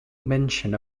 mention